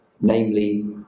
namely